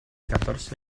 catorce